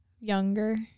Younger